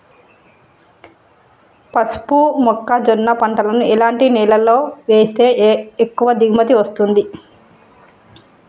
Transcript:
పసుపు మొక్క జొన్న పంటలను ఎలాంటి నేలలో వేస్తే ఎక్కువ దిగుమతి వస్తుంది?